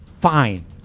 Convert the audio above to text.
Fine